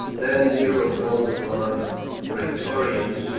then nero called upon the praetorians,